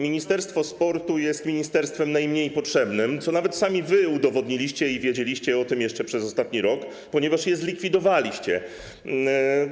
Ministerstwo sportu jest ministerstwem najmniej potrzebnym, co nawet sami wy udowodniliście i o czym wiedzieliście - było to widać przez ostatni rok - ponieważ je zlikwidowaliście.